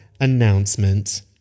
announcement